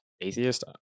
atheist